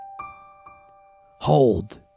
Hold